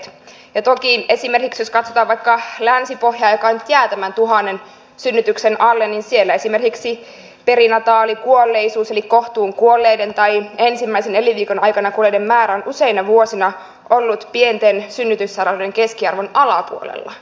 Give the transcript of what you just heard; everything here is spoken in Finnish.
ja toki jos katsotaan esimerkiksi länsipohjaa joka nyt jää tämän tuhannen synnytyksen alle niin siellä esimerkiksi perinataalikuolleisuus eli kohtuun kuolleiden tai ensimmäisen elinviikon aikana kuolleiden määrä on useina vuosina ollut pienten synnytyssairaaloiden keskiarvon alapuolella